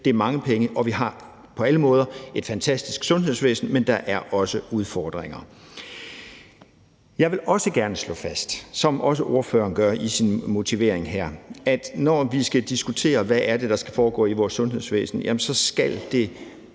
Det er mange penge, og vi har på alle måder et fantastisk sundhedsvæsen, men der er også udfordringer. Jeg vil også gerne slå fast, som også ordføreren for forespørgerne gjorde i sin begrundelse, at når vi skal diskutere, hvad det er, der skal foregå i vores sundhedsvæsen, så skal det